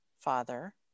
father